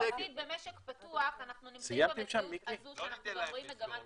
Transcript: כי יחסית במשק פתוח אנחנו נמצאים במציאות הזו שאנחנו רואים מגמת שינוי.